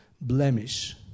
blemish